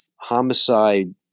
Homicide